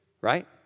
right